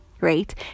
Right